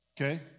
Okay